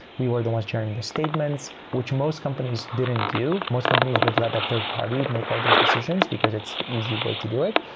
we were the ones sharing the statements, which most companies didn't do. most companies would let the third-party make all those decisions because it's the easy way to do it.